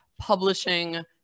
publishing